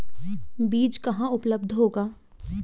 बीज कहाँ उपलब्ध होगा?